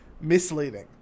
misleading